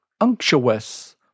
unctuous